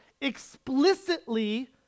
explicitly